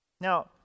Now